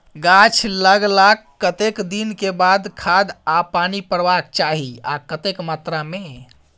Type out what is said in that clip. गाछ लागलाक कतेक दिन के बाद खाद आ पानी परबाक चाही आ कतेक मात्रा मे?